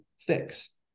fix